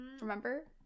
Remember